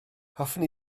hoffwn